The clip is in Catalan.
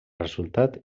resultat